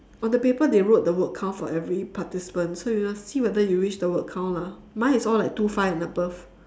on the paper they wrote the word count for every participant so you must see whether you reach the word count lah mine is all like two five and above